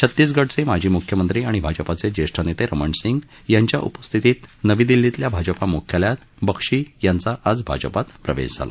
छत्तीसगडचे माजी मुख्यमत्तीआणि भाजपाचे जेठ नेते रमण सिधियाच्या उपस्थितीत नवी दिल्लीतल्या भाजपा मुख्यालयात बक्षी याच्या आज भाजपात प्रवेश झाला